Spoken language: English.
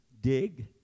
dig